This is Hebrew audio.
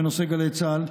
בנושא גלי צה"ל,